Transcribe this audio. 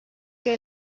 que